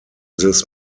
this